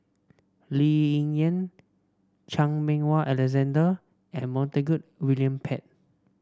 Lee Ying Yen Chan Meng Wah Alexander and Montague William Pett